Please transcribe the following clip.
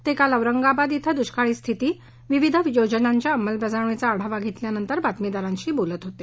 ते काल औरंगाबाद इथं दुष्काळ स्थिती विविध योजनांच्या अंमलबजावणीचा आढावा घेतल्यानंतर बातमीदारांशी बोलत होते